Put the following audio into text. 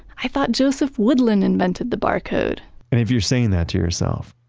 i thought joseph woodland invented the barcode. and if you're saying that to yourself,